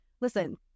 listen